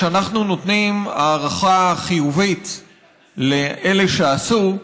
שאנחנו נותנים הערכה חיובית לאלה שעשו,